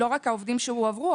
לא רק העובדים שהועברו.